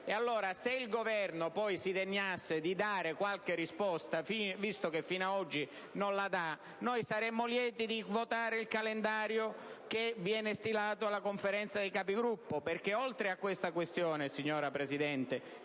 e votare. Se il Governo si degnasse di dare qualche risposta, visto che fino ad oggi non lo ha fatto, saremmo lieti di votare il calendario stilato dalla Conferenza dei Capigruppo. Oltre a questa questione, signora Presidente,